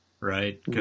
right